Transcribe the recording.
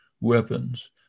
weapons